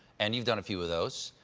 and you've done a few of those.